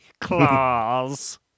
claws